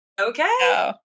Okay